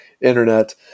internet